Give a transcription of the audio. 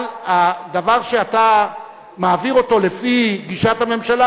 אבל הדבר שאתה מעביר אותו לפי גישת הממשלה,